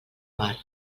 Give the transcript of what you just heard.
mar